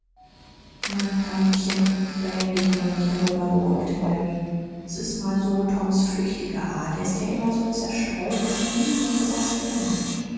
na tantchen gräm dich nur nicht darüber beruhigte mary s ist mal so toms flüchtige art er ist ja immer so zerstreut daß er nie an was denkt